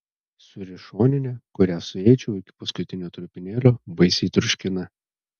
sūri šoninė kurią suėdžiau iki paskutinio trupinėlio baisiai troškina